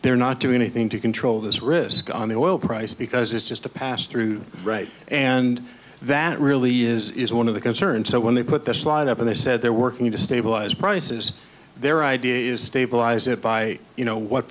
they're not doing anything to control this risk on the oil price because it's just a pass through right and that really is one of the concerns so when they put this slide up and they said they're working to stabilize prices their idea is to stabilize it by you know what